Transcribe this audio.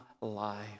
life